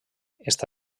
està